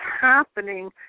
happening